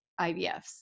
IVFs